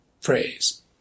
phrase